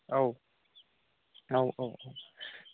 औ औ औ औ